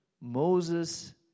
Moses